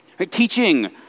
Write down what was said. Teaching